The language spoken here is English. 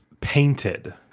painted